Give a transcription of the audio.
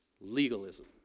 legalism